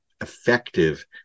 effective